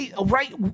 right